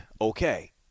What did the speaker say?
okay